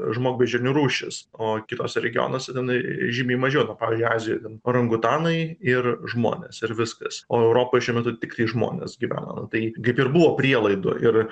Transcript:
žmogbeždžionių rūšys o kituose regionuose tenai žymiai mažiau ten pavyzdžiui azijoj ten orangutanai ir žmonės ir viskas o europoj šiuo metu tiktai žmonės gyvena tai kaip ir buvo prielaidų ir